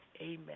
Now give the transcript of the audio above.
Amen